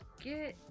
get